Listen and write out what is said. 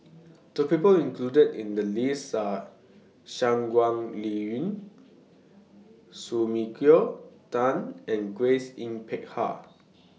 The People included in The list Are Shangguan Liuyun Sumiko Tan and Grace Yin Peck Ha